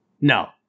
No